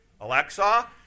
Alexa